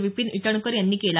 विपीन इटणकर यांनी केलं